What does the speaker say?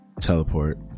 Teleport